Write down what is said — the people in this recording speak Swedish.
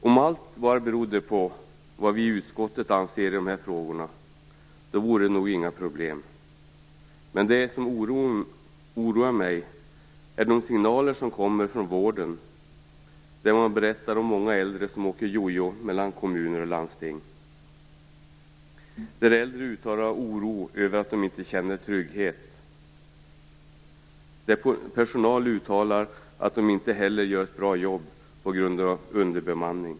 Om allt bara berodde på vad vi i utskottet anser i de här frågorna vore det inte några problem. Det som oroar mig är de signaler som kommer från vården, där man berättar att många äldre sjuka åker jojo mellan kommuner och landsting; där äldre uttalar oro över att de inte känner trygghet; där personal uttalar att den inte hinner göra ett bra jobb på grund av underbemanning.